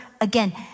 again